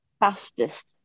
fastest